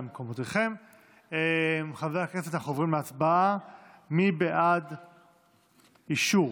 חוק ומשפט בדבר פיצול